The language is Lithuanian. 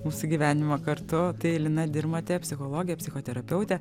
mūsų gyvenimo kartu tai lina dirmotė psichologė psichoterapeutė